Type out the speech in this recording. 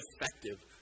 effective